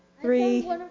three